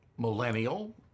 millennial